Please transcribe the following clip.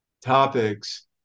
topics